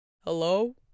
hello